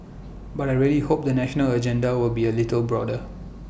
but I really hope the national agenda will be A little broader